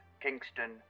Kingston